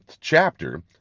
chapter